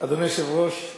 אדוני היושב-ראש,